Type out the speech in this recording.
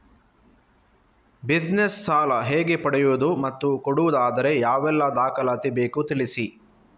Business ಸಾಲ ಹೇಗೆ ಪಡೆಯುವುದು ಮತ್ತು ಕೊಡುವುದಾದರೆ ಯಾವೆಲ್ಲ ದಾಖಲಾತಿ ಬೇಕು ತಿಳಿಸಿ?